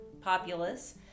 populace